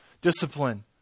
discipline